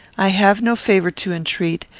i have no favour to entreat,